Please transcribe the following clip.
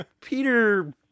peter